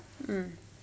mm